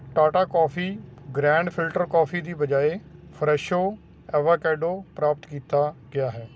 Tata coffee grand filter coffee ਦੀ ਬਜਾਏ Fresho avocado ਪ੍ਰਾਪਤ ਕੀਤਾ ਗਿਆ ਹੈ